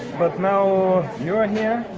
but now you're here,